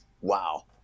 wow